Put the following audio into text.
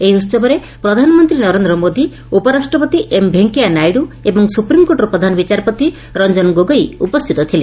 ଏହି ଉହବରେ ପ୍ରଧାନମନ୍ତୀ ନରେନ୍ଦ ମୋଦି ଉପରାଷ୍ଟପତି ଏମ୍ ଭେଙ୍କିୟାନାଇଡୁ ଏବଂ ସ୍ବପ୍ରିମକୋର୍ଟର ପ୍ରଧାନ ବିଚାରପତି ରଞ୍ଞନ ଗୋଗେଇ ଉପସ୍ତିତ ଥିଲେ